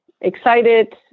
excited